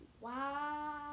Wow